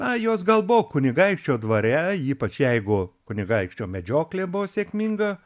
na jos gal buvo kunigaikščio dvare ypač jeigu kunigaikščio medžioklė buvo sėkminga